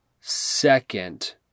second